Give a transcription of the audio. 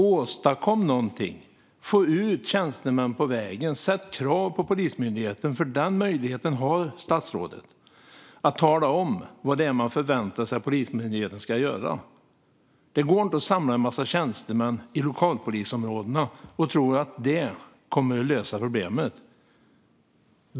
Åstadkom någonting, få ut tjänstemän på vägen och ställ krav på Polismyndigheten! Statsrådet har möjlighet att tala om för Polismyndigheten vad man förväntar sig att den ska göra. Det går inte att samla en massa tjänstemän i lokalpolisområdena och tro att det kommer att lösa problemet.